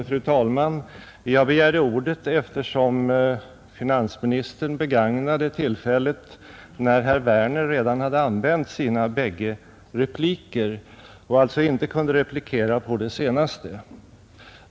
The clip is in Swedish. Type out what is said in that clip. Fru talman! Jag begärde ordet eftersom finansministern begagnade tillfället att polemisera mot herr Werner i Tyresö sedan herr Werner redan använt sina båda repliker och alltså inte kunde svara på vad herr Sträng sade.